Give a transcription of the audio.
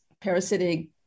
parasitic